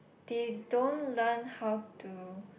they don't learn how to